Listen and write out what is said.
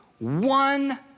One